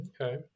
Okay